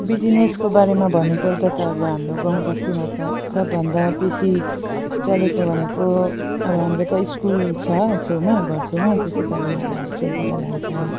बिजनेसको बारेमा भन्नुपर्दा त अब हाम्रो गाउँबस्तीमा त सबभन्दा बेसी चलेको भनेको अब हाम्रो त स्कुल छ छेउमा घरछेउमा त्यसै कारण अब हस्टेलतिर लान्छ